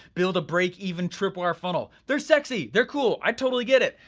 build a break even tripwire funnel. they're sexy, they're cool, i totally get it.